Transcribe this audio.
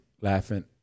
laughing